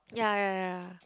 yeah yeah yeah